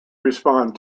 respond